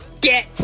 get